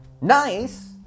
Nice